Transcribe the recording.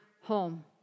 home